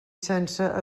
sense